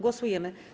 Głosujemy.